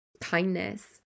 kindness